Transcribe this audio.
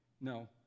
No